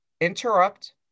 interrupt